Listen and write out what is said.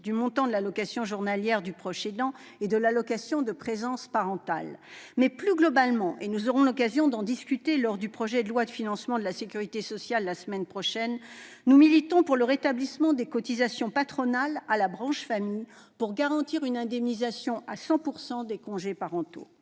du montant de l'allocation journalière du proche aidant et de l'allocation journalière de présence parentale. Toutefois, plus globalement- nous aurons l'occasion d'en discuter lors de l'examen du projet de loi de financement de la sécurité sociale pour 2022 la semaine prochaine -, nous militons pour le rétablissement des cotisations patronales à la branche famille, pour garantir une indemnisation à 100 % des congés parentaux.